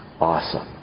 awesome